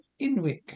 Inwick